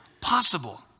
possible